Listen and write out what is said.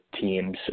teams